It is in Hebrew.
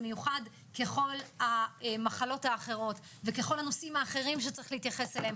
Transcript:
זה מיוחד ככל המחלות האחרות וככל הנושאים האחרים שצריך להתייחס אליהם